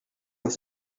with